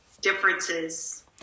differences